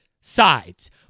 sides